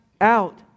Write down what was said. out